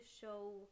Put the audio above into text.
show